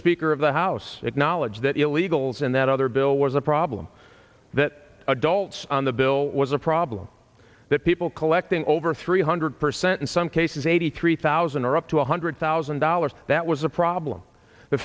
speaker of the house acknowledged that illegals and that other bill was a problem that adults on the bill was a problem that people collecting over three hundred percent in some cases eighty three thousand or up to one hundred thousand dollars that was a problem the